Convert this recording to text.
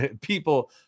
people